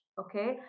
okay